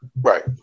Right